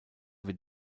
wird